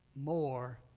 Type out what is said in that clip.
more